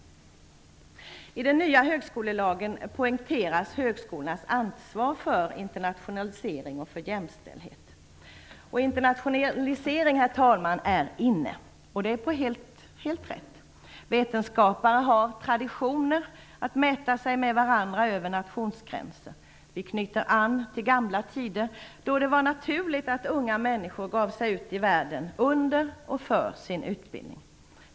I den nya högskolelagen poängteras högskolornas ansvar för internationalisering och jämställdhet. internationalisering är inne. Det är helt rätt, tycker jag. Vetenskapare har traditionen att mäta sig med varandra över nationsgränser. Vi knyter an till gamla tider då det var naturligt att unga människor gav sig ut i världen under och för sin utbildning.